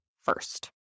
first